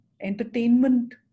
entertainment